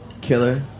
Killer